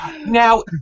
Now